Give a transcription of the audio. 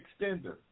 extender